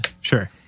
Sure